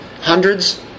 Hundreds